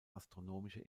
astronomische